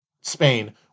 Spain